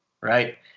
right